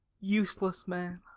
useless man.